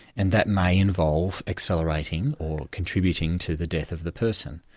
and that may involve accelerating or contributing to the death of the person.